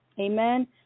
amen